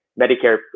Medicare